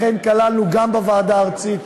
לכן כללנו גם בוועדה הארצית,